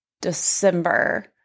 December